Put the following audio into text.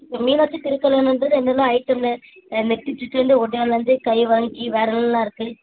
இந்த மீனாட்சி திருக்கல்யாணன்றது என்னென்ன ஐட்டமு நெற்றி சுட்டியிலேந்து ஒட்டியாணம்லேருந்து கைவங்கி வேறு என்னெல்லாம் இருக்குது